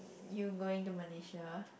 you going to Malaysia